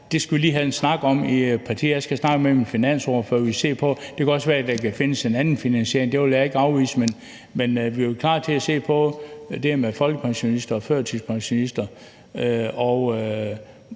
lige skal have en snak om det i partiet. Jeg skal snakke med min finansordfører, før vi ser på det. Det kan også være, at der kan findes en anden finansiering – det vil jeg ikke afvise – men vi er jo klar til at se på det her med folkepensionister og førtidspensionister,